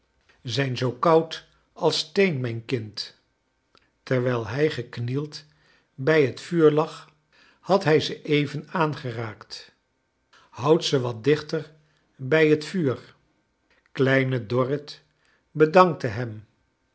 zijn zou koud als steen mijn kind terwijl hij geknield bij het vuur lag had hij ze even aangeraakt houdt ze wat dichter bij het vuur kleine dorrit be dank te hem